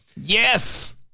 Yes